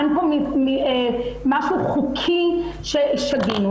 אין פה משהו חוקי ששגינו.